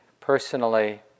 personally